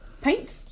Paint